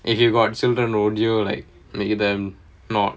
if you got children will you like make them not